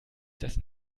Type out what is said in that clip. dessen